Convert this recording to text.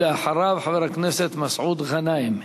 ואחריו, חבר הכנסת מסעוד גנאים.